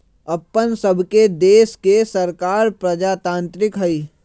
अप्पन सभके देश के सरकार प्रजातान्त्रिक हइ